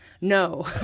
No